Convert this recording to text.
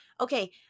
okay